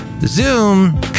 Zoom